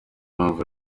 mpamvu